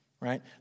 right